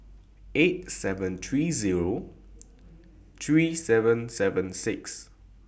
eight seven three Zero three seven seven six